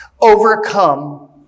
overcome